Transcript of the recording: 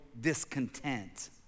discontent